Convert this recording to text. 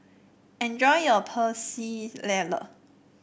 enjoy your Pecel Lele